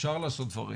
אפשר לעשות דברים,